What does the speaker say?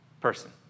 person